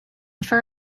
for